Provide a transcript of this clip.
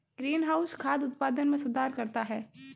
greenhouse खाद्य उत्पादन में सुधार करता है